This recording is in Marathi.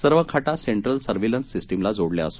सर्व खाटा सेंट्रल सर्व्हिलन्स सिस्टमला जोडल्या आहेत